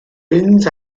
mynd